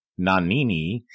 Nanini